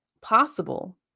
possible